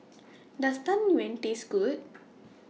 Does Tang Yuen Taste Good